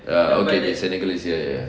ya okay okay senegal is here ya ya